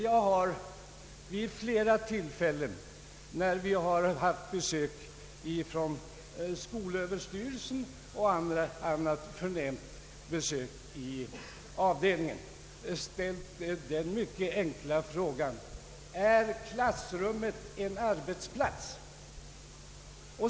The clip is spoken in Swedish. Jag har vid flera tillfällen, när vi i avdelningen haft besök från skolöverstyrelsen och annat förnämt håll, ställt den mycket enkla frågan: Är klassrummet en arbetsplats?